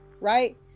right